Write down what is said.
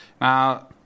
Now